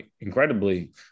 incredibly